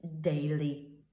daily